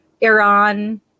iran